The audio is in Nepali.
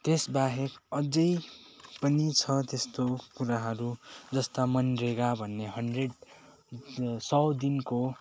त्यसबाहेक अझै पनि छ त्यस्तो कुराहरू जस्ता मनरेगा भन्ने हन्ड्रेड सय दिनको